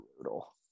brutal